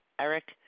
Eric